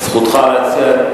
זכותך להציע.